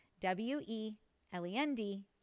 w-e-l-e-n-d